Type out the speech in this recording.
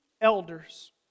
elders